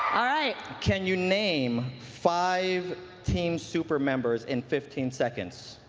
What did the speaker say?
all right. can you name five team super members in fifteen seconds.